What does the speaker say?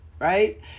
Right